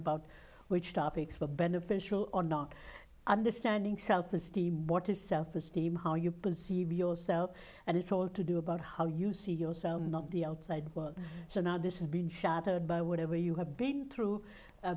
about which topics were beneficial or not understanding self esteem what is self esteem how you perceive yourself and it's all to do about how you see yourself not the outside world so now this has been shattered by whatever you have been through